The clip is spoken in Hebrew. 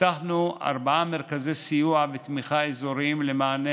פתחנו ארבעה מרכזי סיוע ותמיכה אזוריים למענה